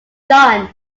john